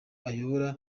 ayobora